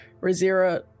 Razira